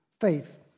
faith